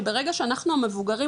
שברגע שאנחנו המבוגרים,